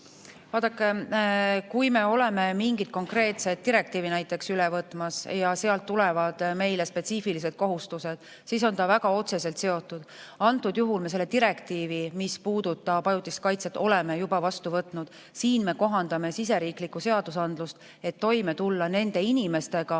Vaadake, kui me oleme mingit konkreetset direktiivi üle võtmas ja sealt tulevad meile spetsiifilised kohustused, siis on see väga otseselt seotud. Antud juhul me selle direktiivi, mis puudutab ajutist kaitset, oleme juba vastu võtnud. Nüüd me kohandame siseriiklikku seadusandlust, et toime tulla nende inimestega,